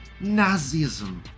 Nazism